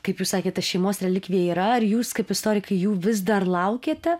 kaip jūs sakėt ta šeimos relikvija yra ar jūs kaip istorikai jų vis dar laukiate